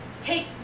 take